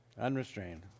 Unrestrained